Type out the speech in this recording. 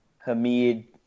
Hamid